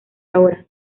ahora